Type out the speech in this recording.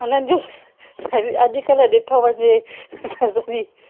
हुननि जूं स अॼु कल्ह ॾिठो वञे त सॼी